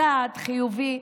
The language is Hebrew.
צעד חיובי,